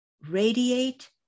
radiate